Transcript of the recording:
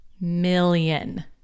million